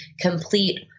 complete